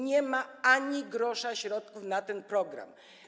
Nie ma ani grosza środków na ten program.